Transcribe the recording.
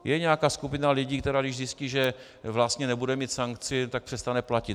Je nějaká skupina lidí, která když zjistí, že vlastně nebude mít sankci, přestane platit.